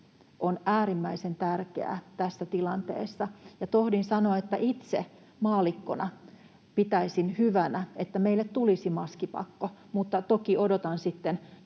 on äärimmäisen tärkeä tässä tilanteessa. Tohdin sanoa, että itse maallikkona pitäisin hyvänä, että meille tulisi maskipakko, mutta toki odotan sitten